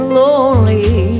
lonely